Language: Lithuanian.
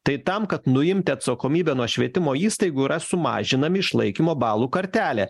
tai tam kad nuimti atsakomybę nuo švietimo įstaigų yra sumažinami išlaikymo balų kartelė